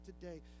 today